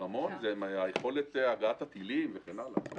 זה יכולת הגעת הטילים וכן הלאה.